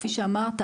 כפי שאמרת,